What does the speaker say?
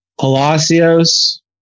Palacios